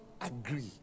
agree